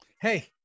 Hey